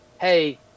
hey